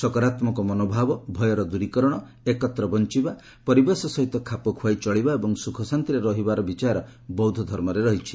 ସକାରାତ୍ମକ ମନୋଭାବ ଭୟର ଦୂରୀକରଣ ଏକତ୍ର ବଞ୍ଚବା ପରିବେଶ ସହିତ ଖାପଖୁଆଇ ଚଳିବା ଏବଂ ସୁଖଶାନ୍ତିରେ ରହିବାର ବିଚାର ବୌଦ୍ଧଧର୍ମରେ ରହିଛି